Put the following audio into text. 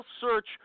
search